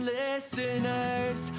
listeners